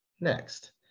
next